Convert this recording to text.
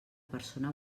persona